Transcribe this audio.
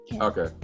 Okay